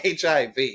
HIV